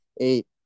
eight